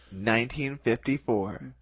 1954